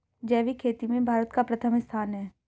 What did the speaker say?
जैविक खेती में भारत का प्रथम स्थान है